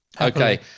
Okay